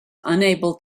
unable